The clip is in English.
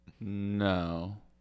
No